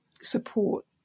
support